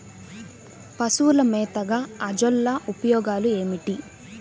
పశువుల మేతగా అజొల్ల ఉపయోగాలు ఏమిటి?